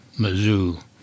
Mizzou